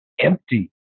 empty